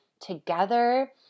together